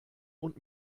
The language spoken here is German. und